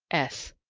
s.